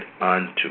unto